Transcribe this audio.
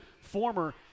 former